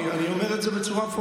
אני אומר את זה לא כביקורת,